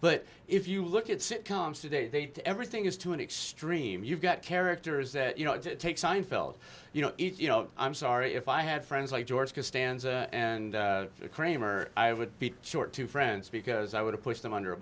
but if you look at sitcoms today they did everything is to an extreme you've got characters that you know take seinfeld you know you know i'm sorry if i had friends like george who stands and kramer i would be short two friends because i would push them under a